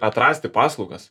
atrasti paslaugas